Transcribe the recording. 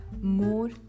more